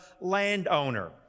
landowner